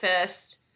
first